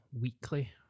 weekly